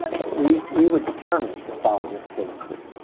but we we were determined to follow this case through